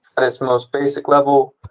at its most basic level,